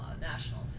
National